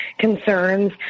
concerns